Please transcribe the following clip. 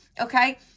okay